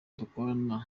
dukorana